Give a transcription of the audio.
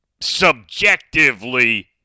subjectively